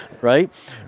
Right